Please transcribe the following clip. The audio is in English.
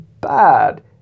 bad